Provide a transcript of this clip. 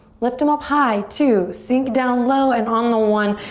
lift em up high. two, sink down low. and on the one.